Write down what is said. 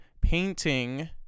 painting